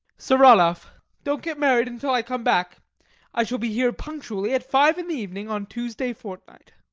saranoff don't get married until i come back i shall be here punctually at five in the evening on tuesday fortnight.